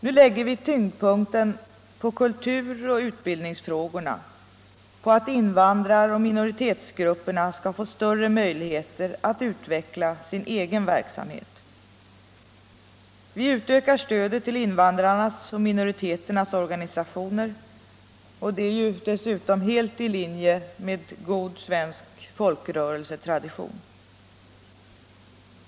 Nu lägger vi tyngdpunkten på kulturoch utbildningsfrågorna, på att invandraroch minoritetsgrupperna skall få större möjligheter att utveckla sin egen verksamhet. Vi utökar stödet till invandrarnas och minoriteternas organisationer. Det är dessutom helt i linje med god svensk folkrörelsetradition.